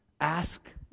Ask